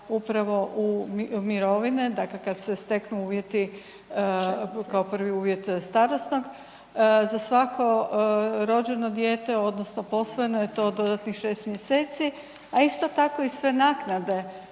upravo u mirovine, dakle kad se steknu uvjeti, kao prvi uvjet starosnog, za svako rođeno dijete odnosno posvojeno je to dodatnih 6. mjeseci, a isto tako i sve naknade